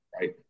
right